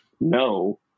no